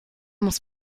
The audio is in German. muss